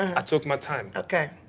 i took my time. ok.